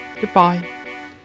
Goodbye